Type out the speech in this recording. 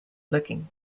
looking